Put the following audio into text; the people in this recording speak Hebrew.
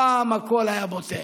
הפעם הכול היה בוטה.